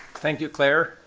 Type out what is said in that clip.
thank you, claire.